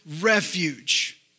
refuge